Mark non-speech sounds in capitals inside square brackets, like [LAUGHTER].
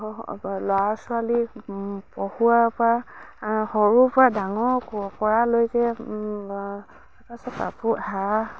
ল'ৰা ছোৱালীক পঢ়ুৱাৰ পৰা সৰুৰ পৰা ডাঙৰ কৰালৈকে তাৰপাছত [UNINTELLIGIBLE]